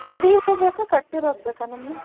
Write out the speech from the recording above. ಬಿಡಿ ಹೂ ಬೇಕಾ ಕಟ್ಟಿರೋದು ಬೇಕಾ ನಿಮ್ಮ